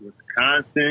Wisconsin